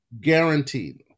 Guaranteed